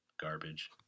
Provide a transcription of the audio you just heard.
garbage